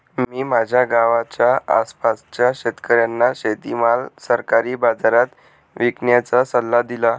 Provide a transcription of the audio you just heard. मी माझ्या गावाच्या आसपासच्या शेतकऱ्यांना शेतीमाल सरकारी बाजारात विकण्याचा सल्ला दिला